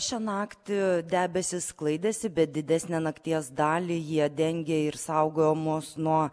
šią naktį debesys sklaidėsi bet didesnę nakties dalį jie dengė ir saugojo mus nuo